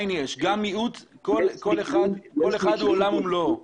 גם מיעוט, כל אחד הוא עולם ומלואו.